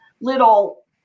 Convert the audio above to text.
little